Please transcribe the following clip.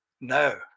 No